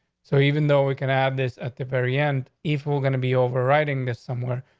so even though we can have this at the very end, if we're going to be overriding this somewhere,